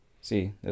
See